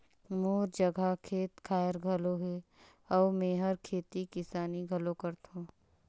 मोर जघा खेत खायर घलो हे अउ मेंहर खेती किसानी घलो करथों